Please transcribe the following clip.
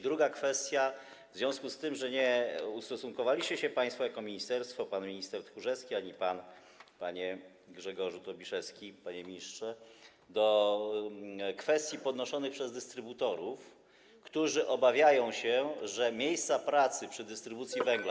Druga kwestia jest w związku z tym, że nie ustosunkowaliście się państwo jako ministerstwo, ani pan minister Tchórzewski, ani pan, panie Grzegorzu Tobiszowski, panie ministrze, do kwestii podnoszonych przez dystrybutorów, którzy obawiają się o miejsca pracy przy dystrybucji węgla.